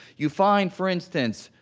you find, for instance,